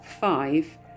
five